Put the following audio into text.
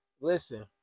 Listen